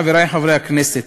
חברי חברי הכנסת,